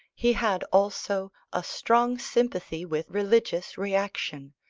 he had also a strong sympathy with religious reaction,